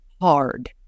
hard